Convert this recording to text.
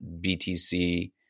btc